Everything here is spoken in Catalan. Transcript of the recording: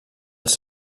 els